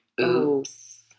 oops